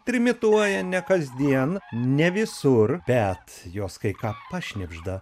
trimituoja ne kasdien ne visur bet jos kai ką pašnibžda